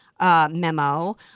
memo